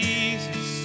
Jesus